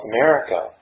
America